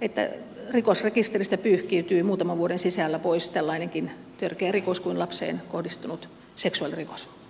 että rikosrekisteristä pyyhkiytyy muutaman vuoden sisällä pois tällainenkin törkeä rikos kuin lapseen kohdistunut seksuaalirikos